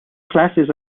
classes